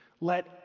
Let